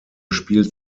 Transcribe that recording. spielt